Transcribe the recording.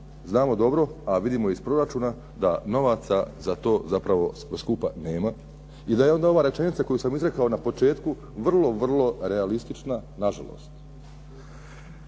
znamo dobro a vidimo iz proračuna da novaca za to zapravo skupa nema i da je onda ova rečenica koju sam izrekao na početku vrlo, vrlo realistična na žalost.